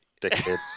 dickheads